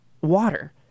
water